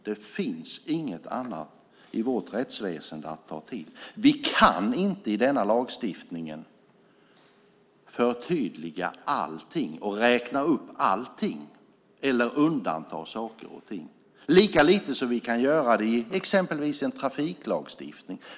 Det finns inget annat i vårt rättsväsende att ta till. Vi kan inte i denna lagstiftning förtydliga allt och räkna upp allt eller undanta saker och ting. Lika lite kan vi göra det i exempelvis trafiklagstiftningen.